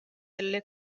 delle